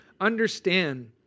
understand